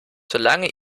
solange